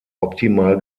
optimal